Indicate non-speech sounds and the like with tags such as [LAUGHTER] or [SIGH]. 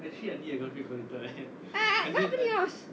[NOISE] what happen to yours